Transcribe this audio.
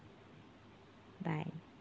bye